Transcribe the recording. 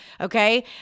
okay